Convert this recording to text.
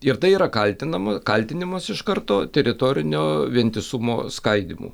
ir tai yra kaltinam kaltinimas iš karto teritorinio vientisumo skaidymu